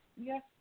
Yes